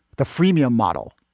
the freemium model,